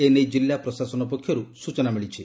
ଏ ନେଇ କିଲ୍ଲା ପ୍ରଶାସନ ପକ୍ଷରୁ ସୂଚନା ଦିଆଯାଇଛି